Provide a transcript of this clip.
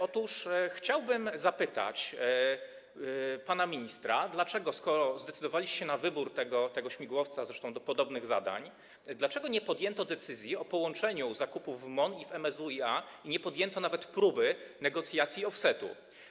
Otóż chciałbym zapytać pana ministra, skoro zdecydowaliście się na wybór tego śmigłowca, zresztą do podobnych zadań: Dlaczego nie podjęto decyzji o połączeniu zakupów w MON i w MSWiA ani nie podjęto nawet próby negocjacji offsetu?